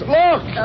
look